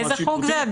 איזה חוק זה?